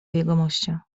jegomościa